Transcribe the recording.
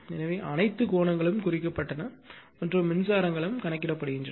எனவே அனைத்து கோணங்களும் குறிக்கப்பட்டன மற்றும் மின்சாரங்களும் கணக்கிடப்படுகின்றன